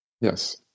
Yes